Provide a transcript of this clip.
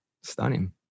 stunning